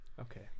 Okay